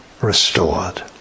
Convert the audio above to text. restored